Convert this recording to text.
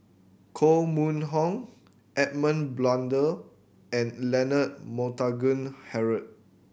Koh Mun Hong Edmund Blundell and Leonard Montague Harrod